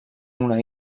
una